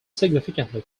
significantly